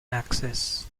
axis